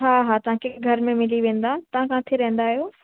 हा हा तव्हांखे घर में मिली वेंदा तव्हां किथे रहंदा आहियो